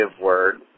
word